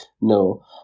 No